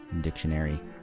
dictionary